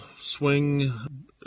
swing